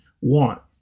want